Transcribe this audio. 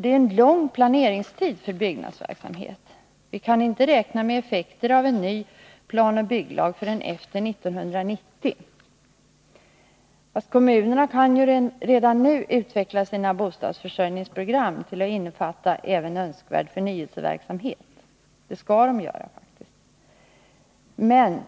Det är lång planeringstid för byggnadsverksamhet. Vi kan inte räkna med effekter av en ny planoch bygglag förrän efter 1990. Kommunerna kan redan nu utveckla sina bostadsförsörjningsprogram till att innefatta även önskvärd förnyelseverksamhet— det skall de göra. Men